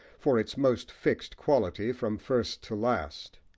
for its most fixed quality, from first to last.